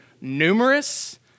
numerous